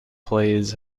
players